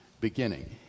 beginning